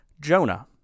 Jonah